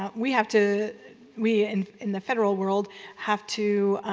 um we have to we and in the federal world have to